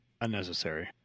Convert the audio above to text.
Unnecessary